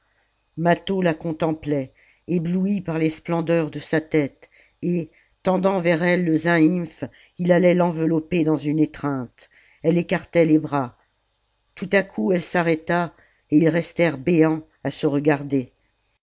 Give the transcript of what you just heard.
mâtho la contemplait ébloui par les splendeurs de sa tête et tendant vers elle le zaïmph il allait l'envelopper dans une étreinte elle écartait les bras tout à coup elle s'arrêta et ils restèrent béants à se regarder